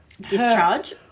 Discharge